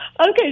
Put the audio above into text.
Okay